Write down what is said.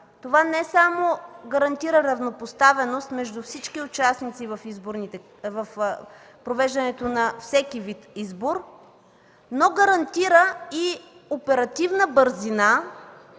Това не само гарантира равнопоставеност между всички участници в провеждането на всеки вид избор, но гарантира и оперативна бързина